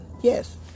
Yes